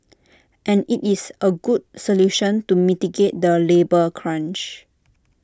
and IT is A good solution to mitigate the labour crunch